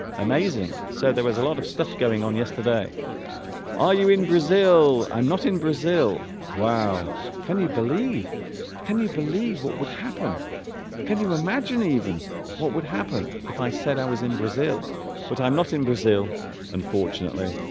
amazing so there was a lot of stuff going on yesterday are you in brazil i'm not in brazil wow can you believe can you believe what would happen can you imagine even what would happen if i said i was in brazil but i'm not in brazil unfortunately